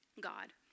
God